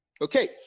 okay